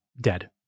dead